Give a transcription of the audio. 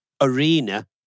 arena